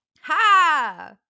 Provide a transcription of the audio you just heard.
Ha